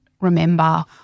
remember